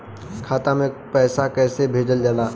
खाता में पैसा कैसे भेजल जाला?